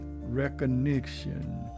recognition